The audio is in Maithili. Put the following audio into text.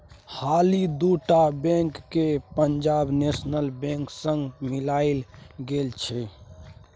हालहि दु टा बैंक केँ पंजाब नेशनल बैंक संगे मिलाएल गेल छै